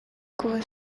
kuba